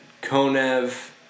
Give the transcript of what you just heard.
Konev